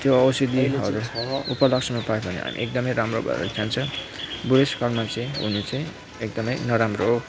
त्यो औषधिहरू उपलक्षमा पायो भने हामी एकदमै राम्रो भएर जान्छ बुढेसकालमा चाहिँ हुनु चाहिँ एकदमै नराम्रो